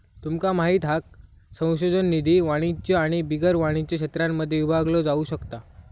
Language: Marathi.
तुमका माहित हा संशोधन निधी वाणिज्य आणि बिगर वाणिज्य क्षेत्रांमध्ये विभागलो जाउ शकता